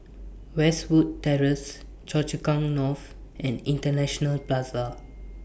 Westwood Terrace Choa Chu Kang North and International Plaza